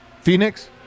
Phoenix